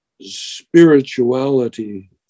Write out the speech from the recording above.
spirituality